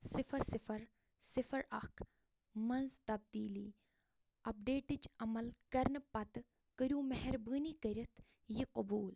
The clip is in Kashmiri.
صِفر صِفر صِفر اکھ منٛز تبدیٖلی اپڈیٹٕچ عمل کرنہٕ پتہٕ کٔرِو مہربٲنی کٔرِتھ یہِ قبول